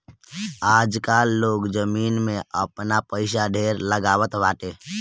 आजकाल लोग जमीन में आपन पईसा ढेर लगावत बाटे